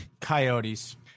Coyotes